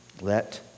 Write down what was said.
let